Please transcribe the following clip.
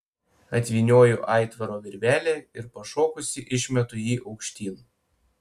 atvynioju aitvaro virvelę ir pašokusi išmetu jį aukštyn